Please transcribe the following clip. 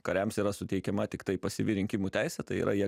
kariams yra suteikiama tiktai pasyvi rinkimų teisė tai yra jie